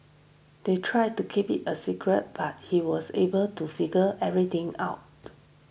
they tried to keep it a secret but he was able to figure everything out